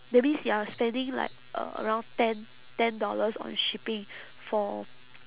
that means you are spending like a~ around ten ten dollars on shipping for